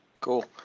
Cool